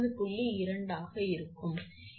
2 ஆக இருக்கும்